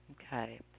okay